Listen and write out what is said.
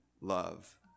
love